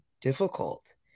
difficult